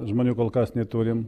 žmonių kol kas neturim